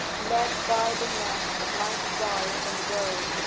led by the lamp of my desire and woe.